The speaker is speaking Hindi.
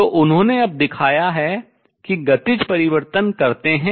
तो उन्होंने अब दिखाया है कि गतिज परिवर्तन करते हैं